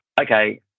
okay